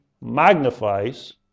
magnifies